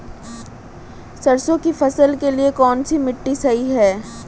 सरसों की फसल के लिए कौनसी मिट्टी सही हैं?